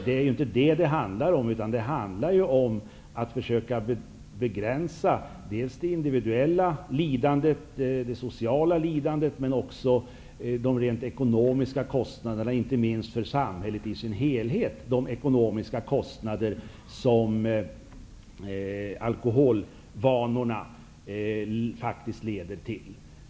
Men det handlar om att försöka begränsa dels det individuella och sociala lidandet, dels de ekonomiska kostnader som alkoholvanorna faktiskt leder till för samhället i dess helhet.